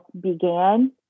began